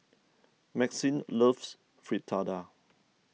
Maxine loves Fritada